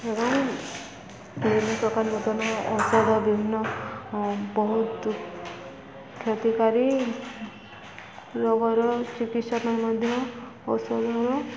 ଏବଂ ବିଭିନ୍ନ ପ୍ରକାର ନୂତନ ଔଷଧ ବିଭିନ୍ନ ବହୁତ କ୍ଷତିକାରୀ ରୋଗର ଚିକିତ୍ସା ମଧ୍ୟ ଔଷଧ